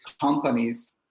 companies